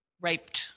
raped